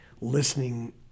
listening